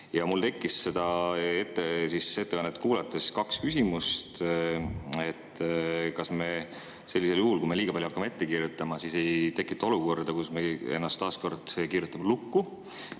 Mul tekkis seda ettekannet kuulates kaks küsimust. Kas me sellisel juhul, kui me liiga palju hakkame ette kirjutama, ei tekita olukorda, kus me ennast taas kord kirjutame lukku?